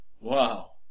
Wow